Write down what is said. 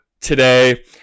today